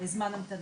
יש זמן המתנה,